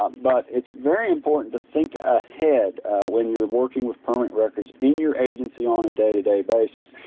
but it's very important to think ahead when you're working with current records in your agency on a day to day basis.